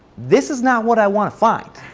this is not what i want to find.